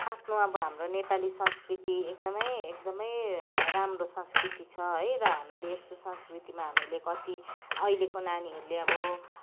आफ्नो अब हाम्रो नेपाली संस्कृति एकदमै एकदमै राम्रो संस्कृति छ है र हामीले यस्तो संस्कृतिमा हामीले कति अहिलेको नानीहरूले अब